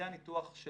זה הניתוח של